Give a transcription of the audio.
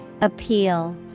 Appeal